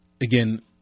Again